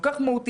כל כך מהותי,